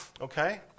Okay